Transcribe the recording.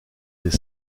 des